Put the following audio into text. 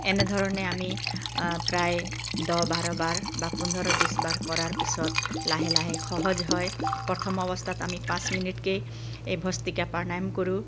এনে ধৰণে আমি প্ৰায় দহ বাৰ বাৰ বা পোন্ধৰ বিছ বাৰ কৰাৰ পিছত লাহে লাহে সহজ হয় প্ৰথম অৱস্থাত আমি পাঁচ মিনিটকেই এই ভস্ত্ৰিকা প্ৰাণায়ম কৰোঁ